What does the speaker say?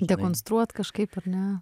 dekonstruot kažkaip ar ne